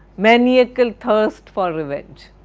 maniacal thirst for revenge?